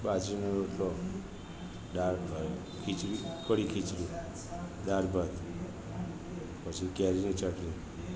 બાજરીનો રોટલો દાળ ભાવે ખીચળી કઢી ખીચળી દાળ ભાત પછી કેરીની ચટણી